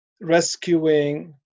rescuing